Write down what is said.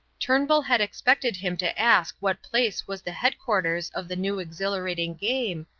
turnbull had expected him to ask what place was the headquarters of the new exhilarating game,